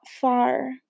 far